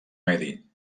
medi